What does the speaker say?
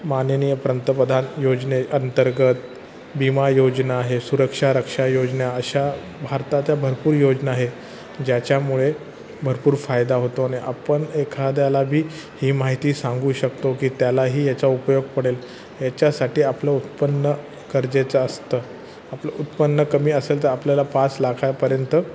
माननीय प्रंतपधान योजनेअंतर्गत बीमा योजना हे सुरक्षा रक्षा योजना अशा भारताच्या भरपूर योजना आहेत ज्याच्यामुळे भरपूर फायदा होतो आणि आपण एखाद्याला बी ही माहिती सांगू शकतो की त्यालाही याचा उपयोग पडेल याच्यासाठी आपलं उत्पन्न गरजेचं असतं आपलं उत्पन्न कमी असेल तर आपल्याला पाच लाखापर्यंत